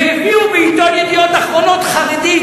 והביאו בעיתון "ידיעות אחרונות" חרדי,